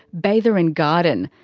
bather and garden,